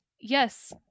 yes